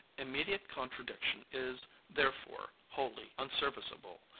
immediate contradiction is, therefore, wholly unserviceable,